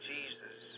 Jesus